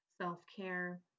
self-care